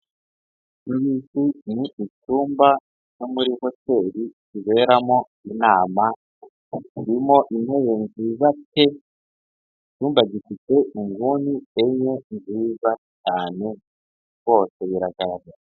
Icyi ni icyumba cyo muri moteri kiberamo inama, kirimo intebe nziza pe, icyumba gifite inguni enye nziza cyane rwose biragaragara.